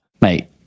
Mate